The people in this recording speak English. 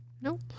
Nope